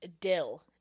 Dill